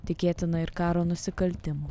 tikėtina ir karo nusikaltimų